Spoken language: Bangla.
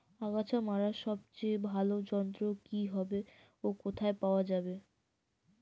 আগাছা মারার সবচেয়ে ভালো যন্ত্র কি হবে ও কোথায় পাওয়া যাবে?